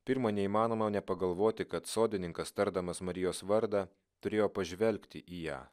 pirma neįmanoma nepagalvoti kad sodininkas tardamas marijos vardą turėjo pažvelgti į ją